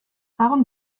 warum